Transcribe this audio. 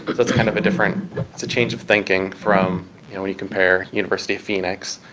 but that's kind of a different it's a change of thinking from when you compare university of phoenix,